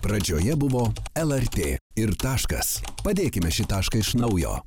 pradžioje buvo lrt ir taškas padėkime šį tašką iš naujo